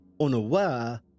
unaware